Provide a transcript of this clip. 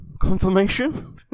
Confirmation